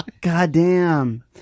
Goddamn